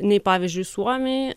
nei pavyzdžiui suomiai